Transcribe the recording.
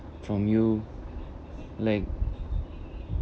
from you like